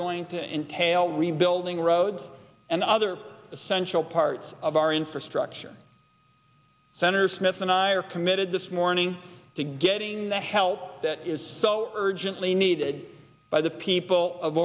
going to entail rebuilding roads and other essential parts of our infrastructure senator smith and i we are committed this morning to getting the help that is so urgently needed by the people of